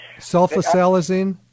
Sulfasalazine